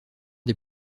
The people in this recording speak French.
des